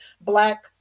black